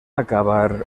acabar